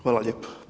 Hvala lijepo.